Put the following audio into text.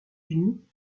uni